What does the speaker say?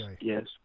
yes